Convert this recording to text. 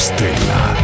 Stella